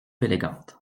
élégante